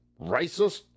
racist